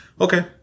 okay